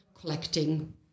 collecting